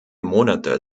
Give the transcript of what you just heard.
monate